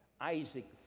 isaac